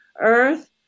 earth